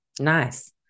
Nice